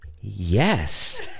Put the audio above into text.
yes